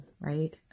right